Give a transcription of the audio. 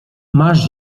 masz